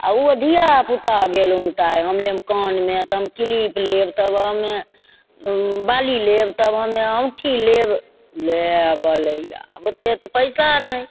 आओर ओ धिआपुता गेल उमताइ हम लेब कानमे तऽ हम क्लिप लेब तब हमे बाली लेब तब हमे औँठी लेब ले बलैआ आब ओतेक तऽ पइसा नहि